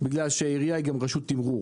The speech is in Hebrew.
כי העירייה היא גם רשות ערעור.